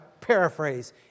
paraphrase